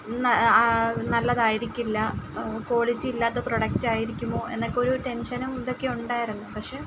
ന നല്ലതായിരിക്കില്ല ക്വാളിറ്റി ഇല്ലാത്ത പ്രോഡക്റ്റ് ആയിരിക്കുമോ എന്നൊക്കെ ഒരു ടെൻഷനും ഇതൊക്കെ ഉണ്ടായിരുന്നു പക്ഷേ